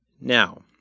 Now